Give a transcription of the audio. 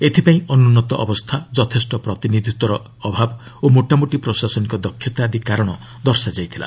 ଏଥିପାଇଁ ଅନୁନ୍ନତ ଅବସ୍ଥା ଯଥେଷ୍ଟ ପ୍ରତିନିଧିତ୍ୱ ନ ଥିବା ଓ ମୋଟାମୋଟି ପ୍ରଶାସନିକ ଦକ୍ଷତା ଆଦି କାରଣ ଦର୍ଶାଯାଇଥିଲା